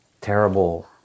terrible